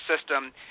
system